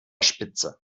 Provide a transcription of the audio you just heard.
spitze